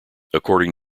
according